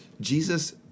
Jesus